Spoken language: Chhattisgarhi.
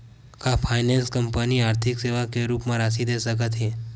का फाइनेंस कंपनी आर्थिक सेवा के रूप म राशि दे सकत हे?